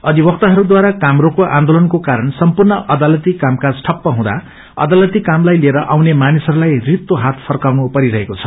अधिवक्ताहरूद्वारा काम रोको आन्दोलनको कारण सम्पूर्ण कामकाज ठप्प हुँदा अदालती कामलाई लिएर आउने मानिसहरूलाई रित्तो हात फर्काउनु परिरहेको छ